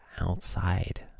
outside